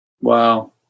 Wow